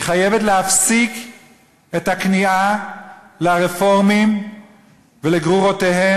היא חייבת להפסיק את הכניעה לרפורמים ולגרורותיהם,